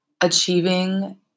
achieving